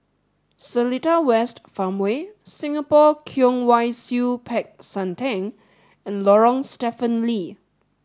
Seletar West Farmway Singapore Kwong Wai Siew Peck San Theng and Lorong Stephen Lee